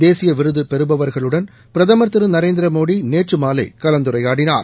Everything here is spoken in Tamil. தேசிய விருது பெறுபவர்களுடன் பிரதமர் திரு நரேந்திரமோடி நேற்று மாலை கலந்துரையாடினார்